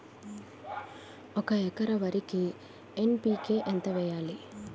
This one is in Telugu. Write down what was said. ఒక ఎకర వరికి ఎన్.పి.కే ఎంత వేయాలి?